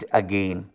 again